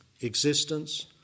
existence